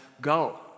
go